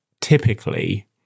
typically